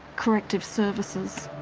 corrective services.